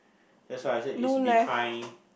that's why I said is behind